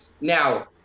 Now